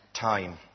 time